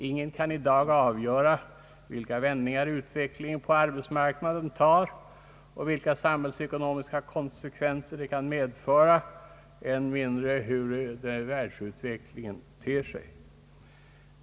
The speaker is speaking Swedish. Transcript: Ingen kan i dag avgöra vilka vändningar ufvecklingen på arbetsmarknaden tar och vilka samhällsekonomiska konsekven ser den kan medföra, än mindre hur världsutvecklingen kommer att te sig.